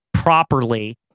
Properly